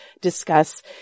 discuss